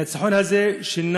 הניצחון הזה שינה